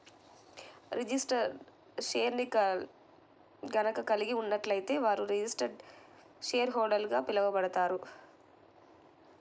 registered షేర్ని గనక కలిగి ఉన్నట్లయితే వారు రిజిస్టర్డ్ షేర్హోల్డర్గా పిలవబడతారు